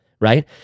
right